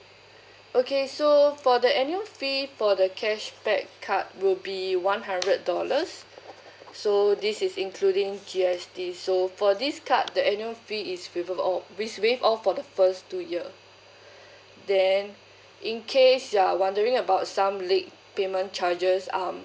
okay so for the annual fee for the cashback card will be one hundred dollars so this is including G_S_T so for this card the annual fee is waived off it's waived off for the first two year then in case you're wondering about some late payment charges um